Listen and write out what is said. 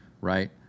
right